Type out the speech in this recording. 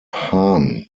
hahn